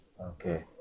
okay